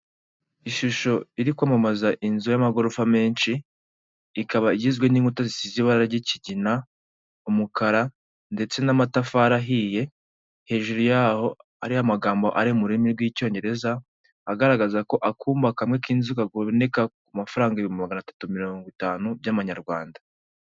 Ishusho iri kwamamaza inzu y'amagorofa menshi, ikaba igizwe n'inkuta zisize ibara ry'ikigina, umukara ndetse n'amatafari ahiye, hejuru yaho hariho amagambo ari mu rurimi rw'Icyongereza, agaragaza ko akumba kamwe k'inzu kaboneka ku mafaranga ibihumbi magana atatu mirongo itanu by'amanyarwanda.